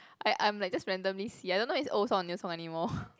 I I'm just like randomly see I don't know is old song or new song anymore